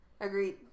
Agreed